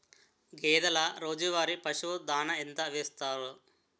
గేదెల రోజువారి పశువు దాణాఎంత వేస్తారు?